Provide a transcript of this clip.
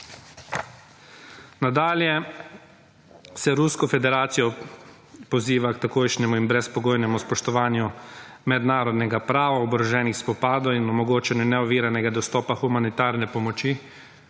Nadalje se Rusko federacijo poziva k takojšnjemu in brezpogojnemu spoštovanju mednarodnega prava oboroženih spopadov in omogočanje neoviranega dostopa humanitarne pomoči.